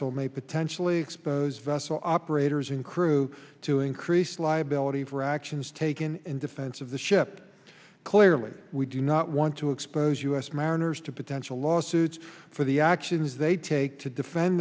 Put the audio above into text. el may potentially exposed vessel operators and crew to increase liability for actions taken in defense of the ship clearly we do not want to expose u s mariners to potential lawsuits for the actions they take to defend